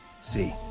see